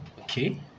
Okay